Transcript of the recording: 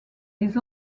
les